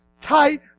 tight